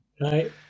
Right